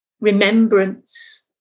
remembrance